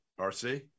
RC